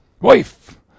Wife